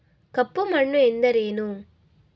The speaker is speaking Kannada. ಕಪ್ಪು ಮಣ್ಣು ಎಂದರೇನು?